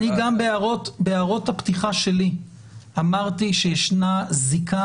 אני גם בהערות הפתיחה שלי אמרתי שישנה זיקה